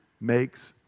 makes